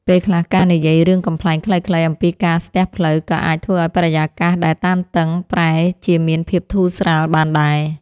ពេលខ្លះការនិយាយរឿងកំប្លែងខ្លីៗអំពីការស្ទះផ្លូវក៏អាចធ្វើឱ្យបរិយាកាសដែលតានតឹងប្រែជាមានភាពធូរស្រាលបានដែរ។